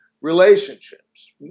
Relationships